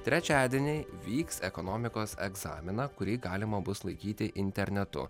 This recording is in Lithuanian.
trečiadienį vyks ekonomikos egzaminą kurį galima bus laikyti internetu